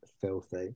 filthy